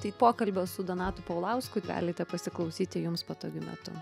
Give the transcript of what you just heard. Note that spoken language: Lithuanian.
tai pokalbio su donatu paulausku galite pasiklausyti jums patogiu metu